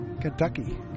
Kentucky